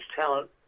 talent